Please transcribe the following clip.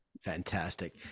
Fantastic